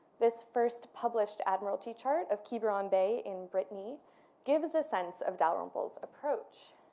this first published admiralty chart of quiberon bay in brittany gives a sense of dalrymple's approach.